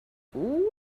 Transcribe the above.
guten